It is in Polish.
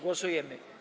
Głosujemy.